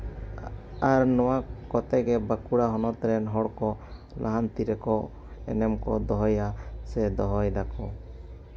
ᱟᱨ ᱱᱚᱣᱟ ᱠᱚᱛᱮᱜᱮ ᱵᱟᱸᱠᱩᱲᱟ ᱦᱚᱱᱚᱛ ᱨᱮᱱ ᱦᱚᱲ ᱠᱚ ᱞᱟᱦᱟᱱᱛᱤ ᱨᱮᱠᱚ ᱮᱱᱮᱢ ᱠᱚ ᱫᱚᱦᱚᱭᱟ ᱥᱮ ᱫᱚᱦᱚᱭ ᱫᱟᱠᱚ